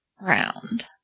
...round